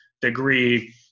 degree